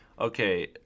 okay